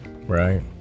Right